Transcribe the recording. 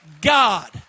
God